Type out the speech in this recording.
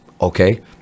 Okay